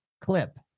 clip